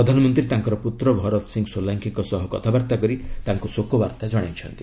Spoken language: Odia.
ପ୍ରଧାନମନ୍ତ୍ରୀ ତାଙ୍କର ପ୍ରତ୍ର ଭରତସିଂ ସୋଲାଙ୍କି ଙ୍କ ସହ କଥାବାର୍ତ୍ତା କରି ତାଙ୍କ ଶୋକବାର୍ତ୍ତା ଜଣାଇଛନ୍ତି